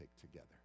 together